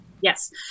Yes